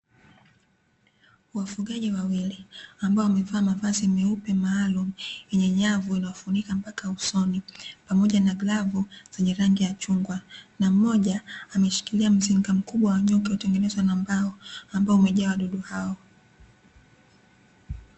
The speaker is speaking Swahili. Wafugaji wawili, ambao wamevaa mavazi meupe maalumu yenye nyavu inayofunika mpaka usoni, pamoja na glavu zenye rangi ya chungwa, na mmoja ameshikilia mzinga mkubwa wa nyuki. Hutengenezwa na mbao, ambao umejaa wadudu hao.